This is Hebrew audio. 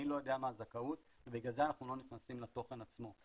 אני לא יודע מה הזכאות ובגלל זה אנחנו לא נכנסים לתוכן עצמו.